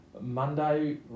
Monday